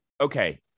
Okay